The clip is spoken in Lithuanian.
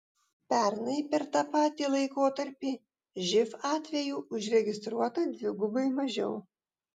pernai per tą patį laikotarpį živ atvejų užregistruota dvigubai mažiau